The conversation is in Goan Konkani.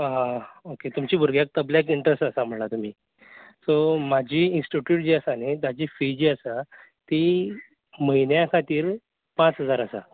आं ओके तुमचें भुरग्यांक कसलेंच इंट्रस्ट आसा म्हळां तुमी सो म्हाजी इन्टीट्यूट जी आसा न्ही ताजी फी जी आसा ती म्हयन्यां खातीर पांच हजार आसा